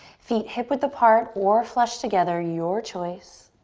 feet hip width apart or flush together, your choice.